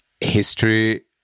history